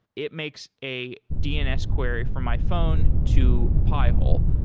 it makes a dns query from my phone to pi-hole.